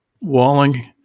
Walling